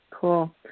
Cool